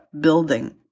building